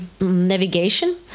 Navigation